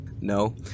No